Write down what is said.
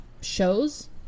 shows